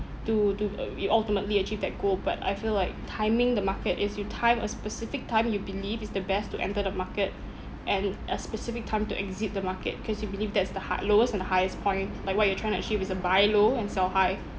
to to uh be ultimately achieve that goal but I feel like timing the market is you time a specific time you believe is the best to enter the market and a specific time to exit the market cause you believe that's the hi~ lowest and the highest point like what you're trying to achieve is a buy low and sell high